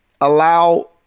allow